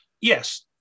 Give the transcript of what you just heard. Yes